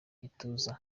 gituza